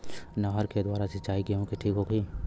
नहर के द्वारा सिंचाई गेहूँ के ठीक होखि?